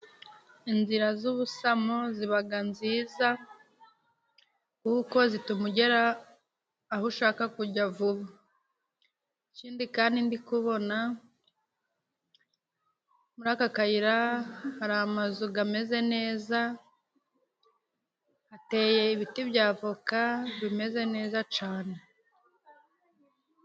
Inzira z'ubusamo zibaga nziza, kuko zituma ugera aho ushaka kujya. Ikindi kandi ndikubona, muri aka kayira hari amazu gameze neza, hateye ibiti bya avoka bimeze neza cane.